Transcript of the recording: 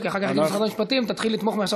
כי אחר כך יגידו במשרד המשפטים: תתחיל לתמוך מעכשיו,